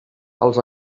els